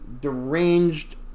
deranged